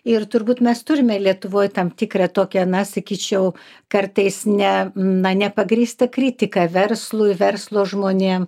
ir turbūt mes turime lietuvoj tam tikrą tokią na sakyčiau kartais ne na nepagrįstą kritiką verslui verslo žmonėm